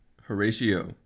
Horatio